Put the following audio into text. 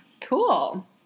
Cool